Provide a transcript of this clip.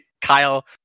Kyle